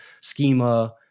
schema